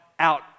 out